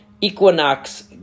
equinox